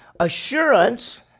Assurance